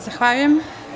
Zahvaljujem.